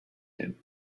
him